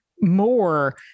more